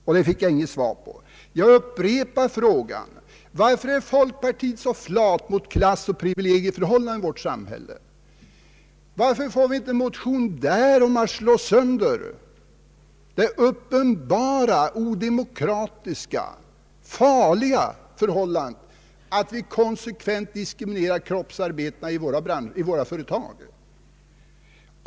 På det fick jag inget svar, så jag upprepar frågan: Varför är man i folkpartiet så flat mot klassoch privilegieförhållandena i vårt samhälle? Varför får vi inte en motion om att slå sönder det uppenbara odemokratiska, farliga förhållandet, att man konsekvent diskriminerar kroppsarbetare i våra företag?